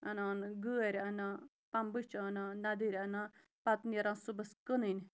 اَنان گٲرۍ اَنان بَمبٕچ اَنان نَدٕرۍ اَنان پَتہٕ نیران صُبحس کٕنٕنۍ